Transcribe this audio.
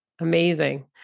Amazing